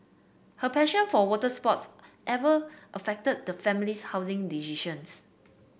her passion for water sports every affected the family's housing decisions